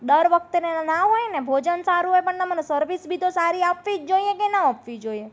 દર વખતે ના હોયને ભોજન સારું હોય પણ મને સર્વિસ બી તો સારી આપવી જ જોઈએ કે ન આપવી જોઈએ